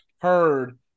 heard